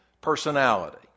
personality